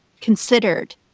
considered